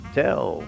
tell